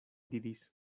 diris